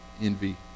envy